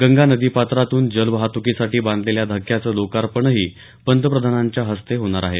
गंगा नदीपात्रातून जलवाहतुकीसाठी बांधलेल्या धक्क्याचं लोकार्पणही पंतप्रधानांच्या हस्ते होणार आहे